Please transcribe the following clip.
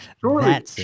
Surely